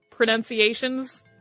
Pronunciations